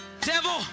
Devil